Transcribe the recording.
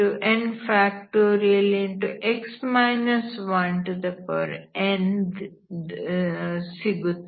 n ಸಿಗುತ್ತದೆ